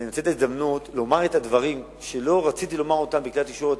אני מנצל את ההזדמנות לומר את הדברים שלא רציתי לומר בכלי התקשורת